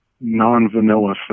non-vanilla